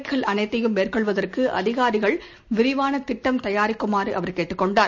இந்த நடவடிக்கைக்ள அனைத்தையும் மேற்கொள்வதற்கு அதிகாரிகள் விரிவான திட்டம் தயாரிக்குமாறு அவர் கேட்டுக் கொண்டார்